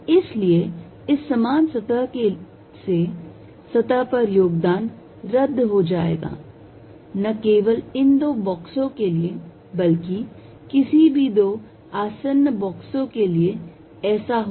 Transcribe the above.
इसलिए इस समान सतह से सतह पर योगदान रद्द हो जाएगा न केवल इन दो बक्सों के लिए बल्कि किसी भी दो आसन्न बक्सों के लिए ऐसा होगा